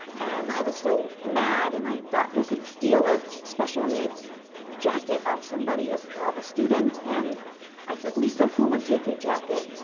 and i was so mad and i thought who could steal a special-needs jacket off somebody, off a student and i said, lisa, who would take your jacket?